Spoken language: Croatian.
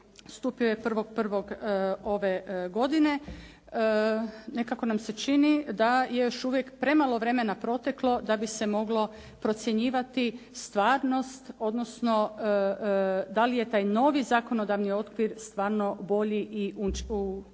stupio je 1. 1. ove godine nekako nam se čini da je još uvijek premalo vremena proteklo da bi se moglo procjenjivati stvarnost odnosno da li je taj novi zakonodavni okvir stvarno bolji i učinkovitiji.